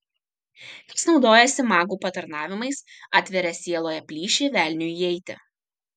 kas naudojasi magų patarnavimais atveria sieloje plyšį velniui įeiti